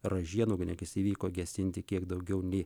ražienų ugniagesiai vyko gesinti kiek daugiau nei